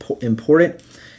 important